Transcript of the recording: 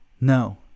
No